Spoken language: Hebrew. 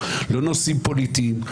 לא נושאים פוליטיים,